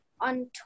on